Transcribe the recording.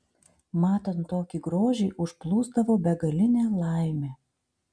matant tokį grožį užplūsdavo begalinė laimė